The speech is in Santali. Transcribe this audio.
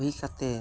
ᱦᱩᱭ ᱠᱟᱛᱮᱫ